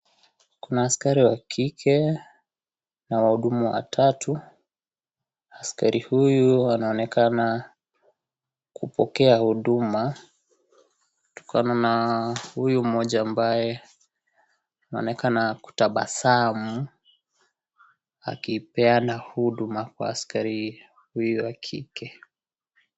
Kuna askari wa kike na wahudumu watatu. Askari huyu anaonekana kupokea huduma kutokana na huyu mmoja ambaye anaonekana kutabasamu akipeana huduma kwa askari huyu wa kike.